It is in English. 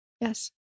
Yes